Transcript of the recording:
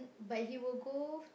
but he would go